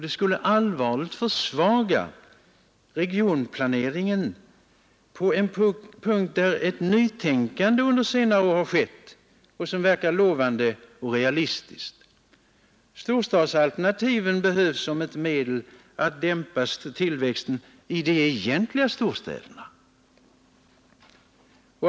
Det skulle allvarligt försvaga regionplaneringen på en punkt där ett nytänkande under senare år har skett — ett nytänkande som verkar lovande och realistiskt. Storstadsalternativen behövs som ett medel att dämpa tillväxten i de egentliga storstäderna.